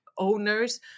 owners